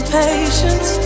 patience